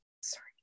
sorry